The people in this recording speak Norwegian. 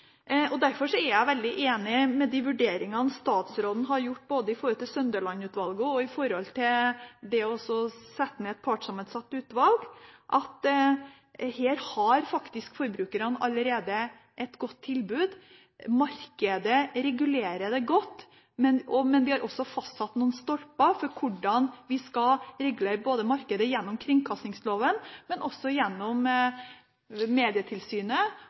Derfor er jeg veldig enig i de vurderingene statsråden har gjort, både når det gjelder Sønneland-utvalget, og når det gjelder det å sette ned et partssammensatt utvalg, for her har faktisk forbrukerne allerede et godt tilbud. Markedet regulerer det godt, men det er også fastsatt noen stolper for hvordan vi skal regulere markedet gjennom både kringkastingsloven, Medietilsynet og Post- og teletilsynet, slik at vi også